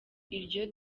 iryo